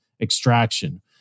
extraction